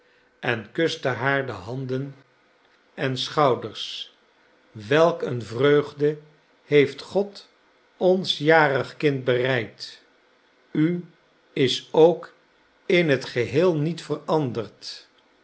en kuste haar de handen en schouders welk een vreugde heeft god ons jarig kind bereid u is ook in t geheel niet veranderd